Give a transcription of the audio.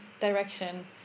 direction